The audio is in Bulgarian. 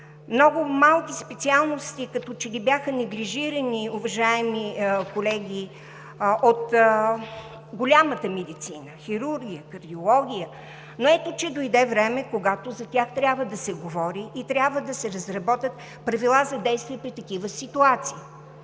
Много малко специалности като че ли бяха неглижирани, уважаеми колеги, от голямата медицина – хирургия, кардиология. Ето обаче, че дойде време, когато за тях трябва да се говори и трябва да се разработят правила за действия при такива ситуации.